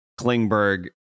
Klingberg